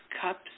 cups